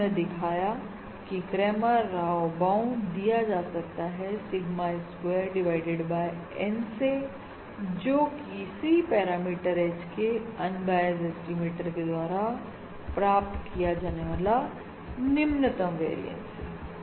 और हमने दिखाया कि क्रैमर राव बाउंड दिया जा सकता है sigma square divided by N से जोकि किसी पैरामीटर H के अन बायस एस्टिमेटर के द्वारा प्राप्त किया जाने वाला निम्नतम वेरियंस है